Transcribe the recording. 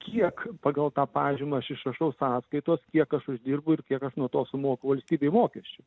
kiek pagal tą pažymą aš išrašau sąskaitos kiek aš uždirbu ir kiek aš nuo to sumoku valstybei mokesčių